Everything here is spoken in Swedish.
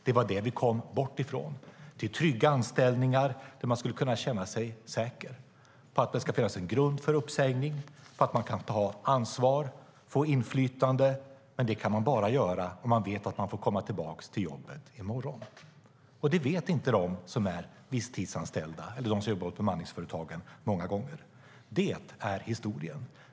Det var det vi kom bort från, till trygga anställningar, där man kan känna sig säker på att det finns en grund för eventuell uppsägning och där man kan ta ansvar och få inflytande. Men det kan man bara göra om man vet att man får komma tillbaka till jobbet nästa dag. Det vet många gånger inte de som är visstidsanställda eller jobbar på bemanningsföretagen. Detta är historien.